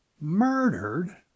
Murdered